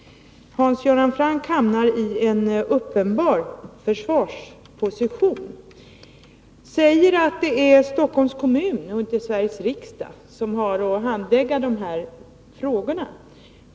Hans Göran Franck hamnar i en uppenbar försvarsposition. Han säger att det är Stockholms kommun och inte Sveriges riksdag som har att handlägga de här frågorna.